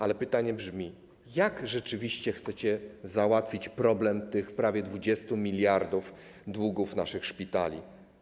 Ale pytanie brzmi: Jak rzeczywiście chcecie załatwić problem tych prawie 20 mld długów naszych szpitali?